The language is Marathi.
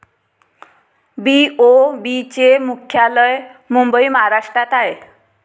बी.ओ.बी चे मुख्यालय मुंबई महाराष्ट्रात आहे